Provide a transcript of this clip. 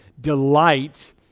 delight